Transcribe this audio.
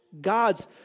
gods